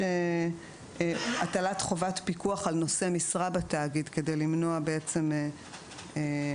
יש הטלת חובת פיקוח על נושא משרה בתאגיד כדי למנוע את העברות,